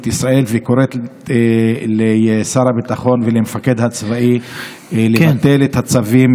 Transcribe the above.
ישראל וקוראים לשר הביטחון ולמפקד הצבאי לבטל את הצווים